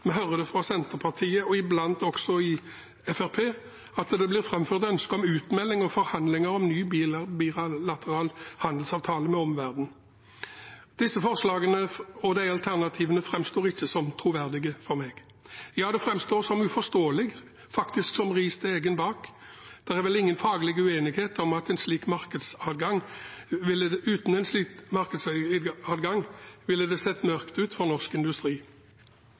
fra Senterpartiet og iblant også i Fremskrittspartiet blir framført ønske om utmelding og forhandlinger om ny, bilateral handelsavtale med omverdenen. Disse forslagene og alternativene framstår ikke som troverdige for meg – ja det framstår som uforståelig, faktisk som ris til egen bak. Det er vel ingen faglig uenighet om at uten en slik markedsadgang ville det sett mørkt ut for norsk industri.